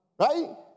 Right